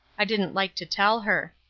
i didn't like to tell her.